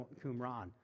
Qumran